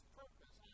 purpose